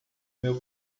meu